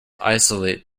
isolate